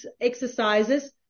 exercises